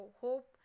hope